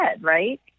right